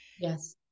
Yes